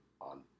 on